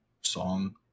song